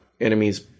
enemies